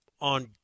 on